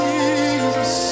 Jesus